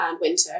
winter